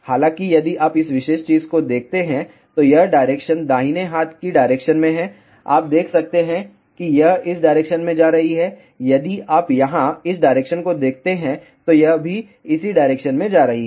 हालाँकि यदि आप इस विशेष चीज़ को देखते हैं तो यह डायरेक्शन दाहिने हाथ की डायरेक्शन में है आप देख सकते हैं कि यह इस डायरेक्शन में जा रही है यदि आप यहाँ इस डायरेक्शन को देखते हैं तो यह भी इसी डायरेक्शन में जा रही है